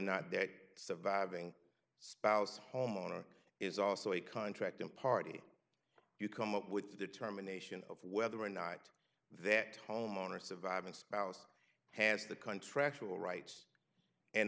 not that surviving spouse homeowner is also a contract and party you come up with the determination of whether or not that homeowner surviving spouse has the country actually rights and